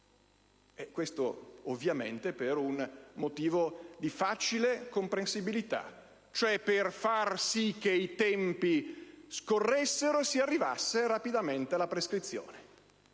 e questo ovviamente per un motivo di facile comprensibilità, cioè per far sì che i tempi scorressero e si arrivasse rapidamente alla prescrizione.